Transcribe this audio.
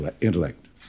intellect